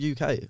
UK